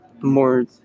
more